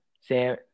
Sam